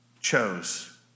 chose